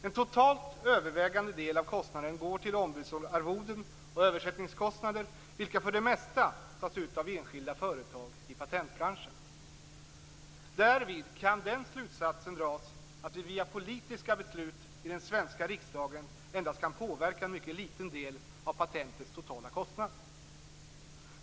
En totalt övervägande del av kostnaden går till ombudsarvoden och översättningskostnader, vilka för det mesta tas ut av enskilda företag i patentbranschen. Därvid kan den slutsatsen dras att vi via politiska beslut i den svenska riksdagen endast kan påverka en mycket liten del av patentets totala kostnad.